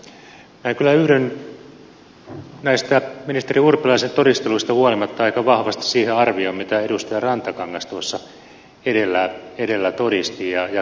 minä kyllä yhdyn näistä ministeri urpilaisen todisteluista huolimatta aika vahvasti siihen arvioon mitä edustaja rantakangas edellä todisti ja kertoi